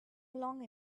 along